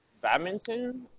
badminton